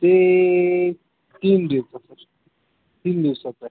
ते तीन दिवसाचा आहे तीन दिवसाचा आहे